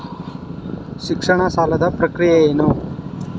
ಶಿಕ್ಷಣ ಸಾಲದ ಪ್ರಕ್ರಿಯೆ ಏನು?